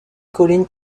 collines